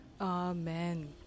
amen